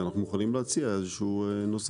אנחנו מוכנים להציע נוסח.